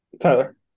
Tyler